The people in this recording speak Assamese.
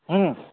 ওম